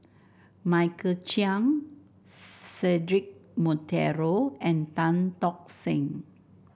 Michael Chiang Cedric Monteiro and Tan Tock Seng